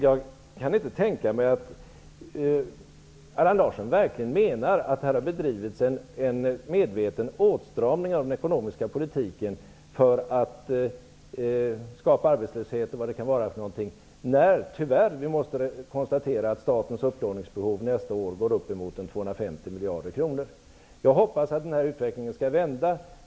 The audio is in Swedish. Jag kan inte tänka mig att Allan Larsson verkligen menar att det har bedrivits en medveten åtstramning av den ekonomiska politiken för att skapa arbetslöshet osv., när vi tyvärr måste konstatera att statens upplåningsbehov nästa år går upp mot 250 miljarder kronor. Jag hoppas att den utvecklingen skall vända.